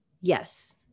Yes